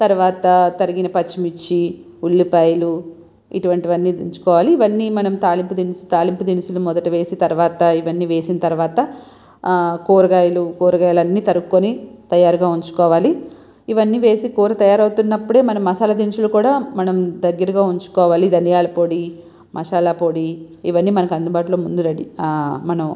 తరువాత తరిగిన పచ్చిమిర్చీ ఉల్లిపాయలు ఇటువంటివన్నీ ఉంచుకోవాలి ఇవన్నీ మనం తాలింపు దినుస్ తాలింపు దినుసులు మొదట వేసి తరువాత ఇవన్నీ వేసిన తరువాత కూరగాయలు కూరగాయలు అన్నీ తరుగుకొని తయారుగా ఉంచుకోవాలి ఇవన్నీ వేసి కూర తయారు అవుతున్నప్పుడే మనం మసాలా దినుసులు కూడా మనం దగ్గరగా ఉంచుకోవాలి ధనియాల పొడి మసాలా పొడి ఇవన్నీ మనకు అందుబాటులో ముంద రడీ మనం